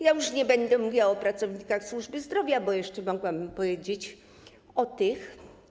Już nie będę mówiła o pracownikach służby zdrowia, bo jeszcze mogłabym powiedzieć o nich.